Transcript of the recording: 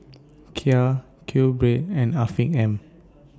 Kia QBread and Afiq M